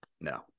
No